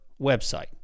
website